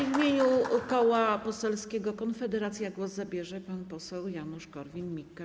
W imieniu Koła Poselskiego Konfederacja głos zabierze pan poseł Janusz Korwin-Mikke.